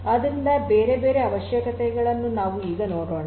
ಆದ್ದರಿಂದ ಬೇರೆ ಬೇರೆ ಅವಶ್ಯಕತೆಗಳನ್ನು ನಾವು ಈಗ ನೋಡೋಣ